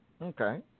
Okay